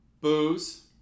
booze